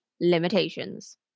limitations